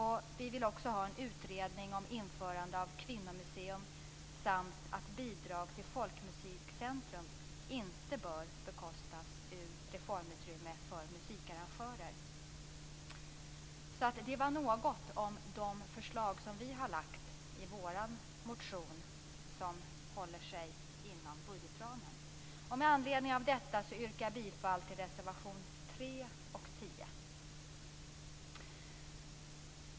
Vi vill också ha en utredning om införande av ett kvinnomuseum samt att bidrag till folkmusikcentrum inte bör bekostas ur reformutrymmet för musikarrangörer. Det är några av de förslag som vi har lagt i vår motion och som håller sig inom budgetramen. Med anledning av detta yrkar jag bifall till reservationerna 3 och 10.